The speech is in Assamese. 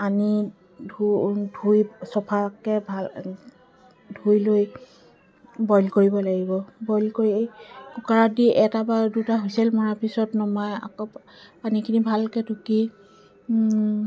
আনি ধুই ধুই চফাকৈ ভাল ধুই লৈ বইল কৰিব লাগিব বইল কৰি কুকাৰত দি এটা বা দুটা হুইছেল মৰা পিছত নমাই আকৌ পানীখিনি ভালকৈ টুকি